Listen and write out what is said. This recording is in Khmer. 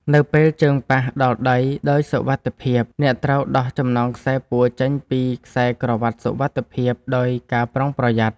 នៅពេលជើងប៉ះដល់ដីដោយសុវត្ថិភាព អ្នកត្រូវដោះចំណងខ្សែពួរចេញពីខ្សែក្រវាត់សុវត្ថិភាពដោយការប្រុងប្រយ័ត្ន។